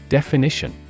Definition